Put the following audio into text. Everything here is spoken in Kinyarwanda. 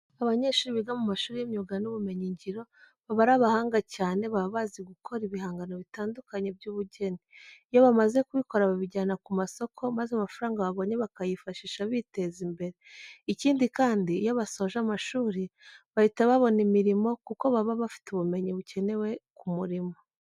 Abanyeshuri biga mu mashuri y'imyuga n'ubumenyingiro baba ari abahanga cyane, baba bazi gukora ibihangano bitandukanye by'ubugeni. Iyo bamaze kubikora babijyana ku masoko maze amafaranga babonye bakayifashisha biteza imbere. Ikindi kandi, iyo basoje amashuri bahita babona imirimo kuko baba bafite ubumenyi bukenewe ku murimo.